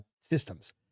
systems